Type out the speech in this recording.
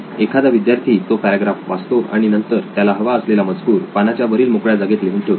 एखादा विद्यार्थी तो पॅराग्राफ वाचतो आणि नंतर त्याला हवा असलेला मजकूर पानाच्या वरील मोकळ्या जागेत लिहून ठेवतो